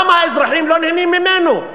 למה האזרחים לא נהנים ממנו?